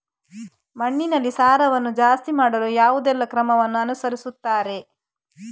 ಮಣ್ಣಿನಲ್ಲಿ ಸಾರವನ್ನು ಜಾಸ್ತಿ ಮಾಡಲು ಯಾವುದೆಲ್ಲ ಕ್ರಮವನ್ನು ಅನುಸರಿಸುತ್ತಾರೆ